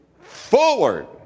forward